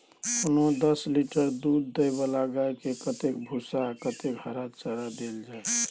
कोनो दस लीटर दूध दै वाला गाय के कतेक भूसा आ कतेक हरा चारा देल जाय?